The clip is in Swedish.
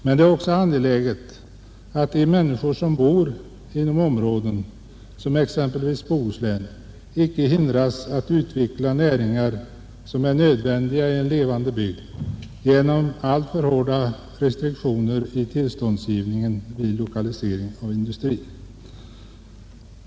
Men det är också angeläget att de människor vilka bor inom områden som exempelvis Bohuslän icke hindras att utveckla näringar, som är nödvändiga i en levande bygd, genom alltför hårda restriktioner i tillståndsgivningen vid lokalisering av industri.